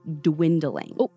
dwindling